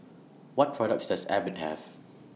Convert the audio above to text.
What products Does Abbott Have